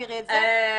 תסבירי את זה --- אורלי,